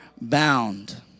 bound